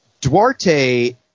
Duarte